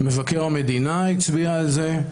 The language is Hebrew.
מבקר המדינה הצביע על זה,